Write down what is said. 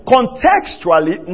Contextually